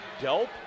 Delp